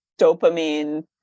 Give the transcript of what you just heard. dopamine